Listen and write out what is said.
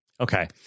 okay